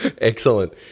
Excellent